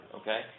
Okay